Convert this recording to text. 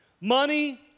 Money